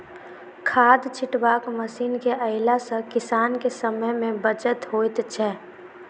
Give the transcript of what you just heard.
खाद छिटबाक मशीन के अयला सॅ किसान के समय मे बचत होइत छै